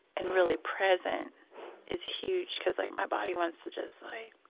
and really present is huge, because like my body wants to just